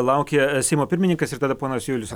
laukia seimo pirmininkas ir tada ponas julius